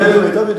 נדמה לי,